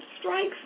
strikes